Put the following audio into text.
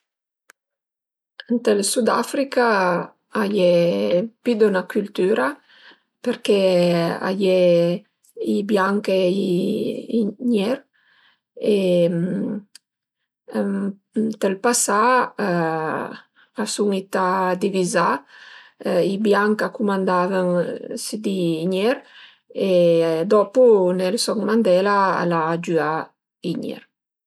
Ënt ël Sudafrica a ie pi d'üna cültüra perché a ie i bianch e i nier e ënt ël pasà a sun ità divizà, i bianch a cumandavën sü di nier e dopu Nelson Mandela al a agiüà i nier